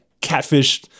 catfish